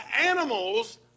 animals